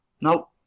Now